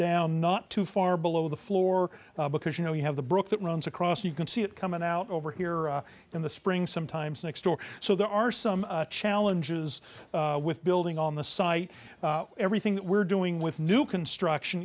down not too far below the floor because you know you have the brook that runs across you can see it coming out over here in the spring sometimes next door so there are some challenges with building on the site everything that we're doing with new construction